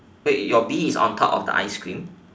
wait your bee is on top of the ice cream